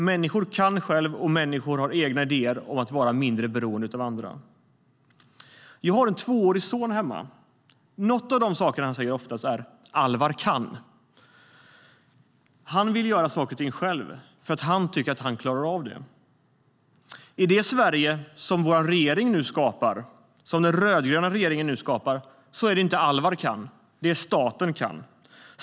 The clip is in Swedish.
Människor kan själva, och människor har egna idéer om att vara mindre beroende av andra. Jag har en tvåårig son hemma, och en av de saker han säger oftast är "Alvar kan!". Han vill göra saker och ting själv, för han tycker att han klarar av det. I det Sverige vår rödgröna regering nu skapar är det inte "Alvar kan! ", utan det är "Staten kan!".